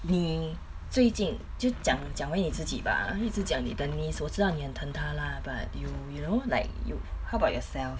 你最近就讲讲回你自己 bah 一直讲你的 niece 我知道你很疼他 lah but you know like you how about yourself